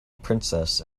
princess